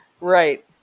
Right